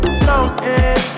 floating